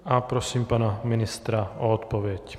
A prosím pana ministra o odpověď.